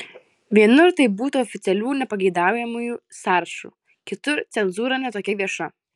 vienur tai būta oficialių nepageidaujamųjų sąrašų kitur cenzūra ne tokia vieša